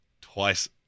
twice